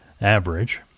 average